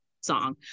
song